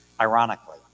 Ironically